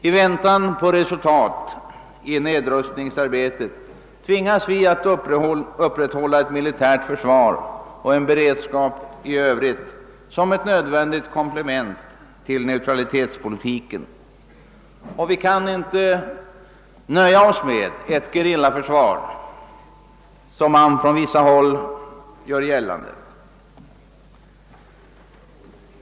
I väntan på resultat av nedrustningsarbetet tvingas vi att upprätthålla ett militärt försvar och en beredskap i övrigt som ett nödvändigt komplement till neutralitetspolitiken. Vi kan inte nöja oss med ett gerillaförsvar, som man från vissa håll gör gällande.